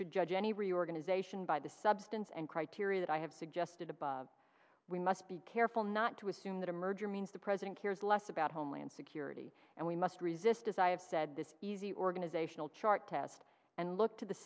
should judge any reorganization by the substance and criteria that i have suggested above we must be careful not to assume that a merger means the president cares less about homeland security and we must resist as i have said this easy organizational chart test and look to the